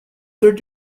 third